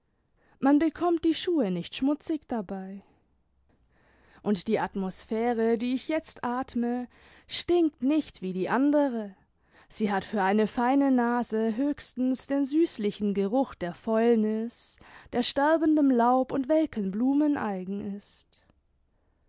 man bekommt die schuhe nicht schmutzig dabei und die atmosphäre die ich jetzt atme stinkt nichts wie die andere sie hat für eine feine nase höchstens den süßlichen geruch der fäulnis der sterl endem laub und welken blumen eigen ist